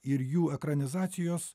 ir jų ekranizacijos